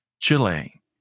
Chile